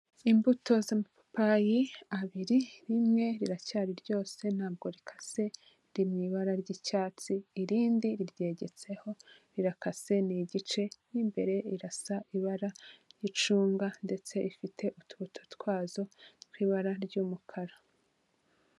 Imbuto z'amapapayi abiri, rimwe riracyari ryose ntabwo rikase riri mu ibara ry'icyatsi irindi riryegetseho rirakase ni igice mo imbere rirasa ibara ry'icunga ndetse ifite utubuto twazo tw'ibara ry'umukara.